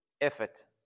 effort